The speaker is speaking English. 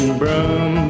broom